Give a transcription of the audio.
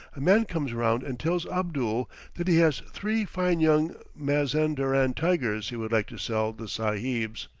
a man comes round and tells abdul that he has three fine young mazanderan tigers he would like to sell the sahibs.